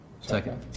second